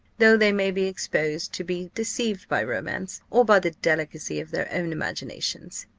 though they may be exposed to be deceived by romance, or by the delicacy of their own imaginations.